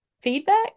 feedback